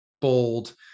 bold